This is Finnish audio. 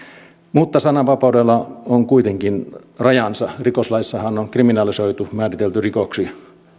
mutta sananvapaudella on kuitenkin rajansa rikoslaissahan on kriminalisoitu määritelty